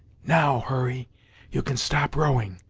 now, hurry you can stop rowing.